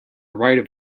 right